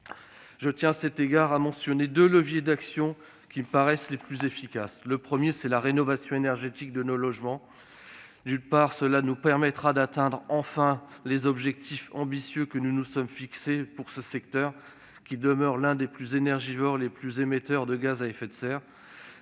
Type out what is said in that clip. Je tiens à cet égard à évoquer les deux leviers d'action qui me paraissent les plus efficaces. Le premier, c'est la rénovation énergétique de nos logements. Actionner ce levier nous permettra, d'une part, d'atteindre enfin les objectifs ambitieux que nous nous sommes fixés pour ce secteur qui demeure l'un des plus énergivores et des plus émetteurs de gaz à effet de serre,